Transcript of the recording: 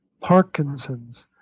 parkinson's